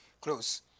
close